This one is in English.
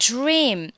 Dream